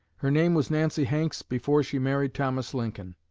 her name was nancy hanks before she married thomas lincoln.